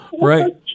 Right